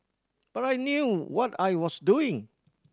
but I knew what I was doing